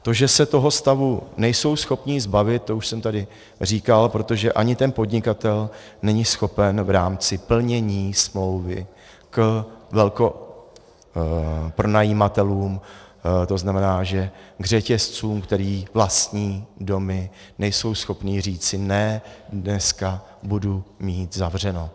To, že se toho stavu nejsou schopni zbavit, to už jsem tady říkal, protože ani ten podnikatel není schopen v rámci plnění smlouvy k pronajímatelům, to znamená, že řetězcům, které vlastní domy, nejsou schopni říci ne, dneska budu mít zavřeno.